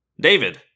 David